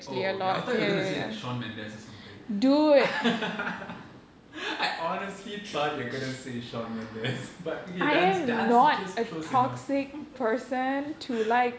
oh okay I thought you were gonna say like shawn mendes or something I honestly thought you were gonna say shawn mendes but okay dance dance teachers close enough